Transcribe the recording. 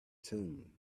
tune